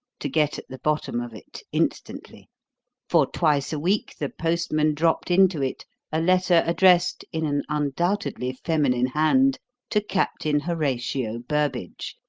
to get at the bottom of it instantly for twice a week the postman dropped into it a letter addressed in an undoubtedly feminine hand to captain horatio burbage,